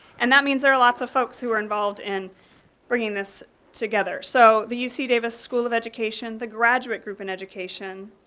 and that means there a lots of folks who are involved in bringing this together. so, do you see davis school of education, the graduate group in education.